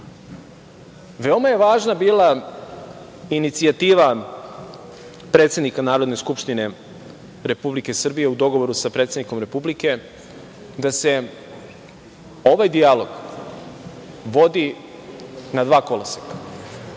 je važna bila inicijativa predsednika Narodne skupštine Republike Srbije, u dogovoru sa predsednikom Republike, da se ovaj dijalog vodi na dva koloseka,